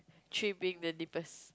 three being the deepest